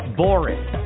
boring